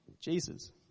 Jesus